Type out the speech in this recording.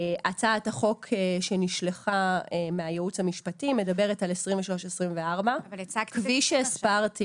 הצעת החוק שנשלחה מהייעוץ המשפטי מדברת על 2023 2024. כפי שהסברתי